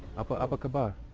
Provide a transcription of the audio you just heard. apa apa khabar'.